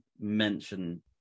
mention